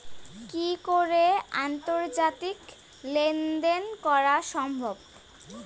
কি করে আন্তর্জাতিক লেনদেন করা সম্ভব?